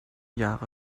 jahre